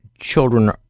children